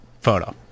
photo